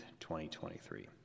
2023